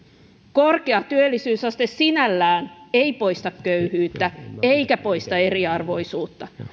korkea työllisyysaste sinällään ei poista köyhyyttä eikä poista eriarvoisuutta